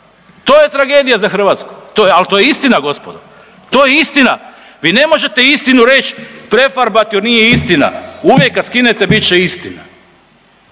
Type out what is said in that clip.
To je tragedija za Hrvatsku, ali to je istina gospodo. To je istina. Vi ne možete istinu reći prefarbat je, to to nije istina. Uvijek kad skinete bit će istina.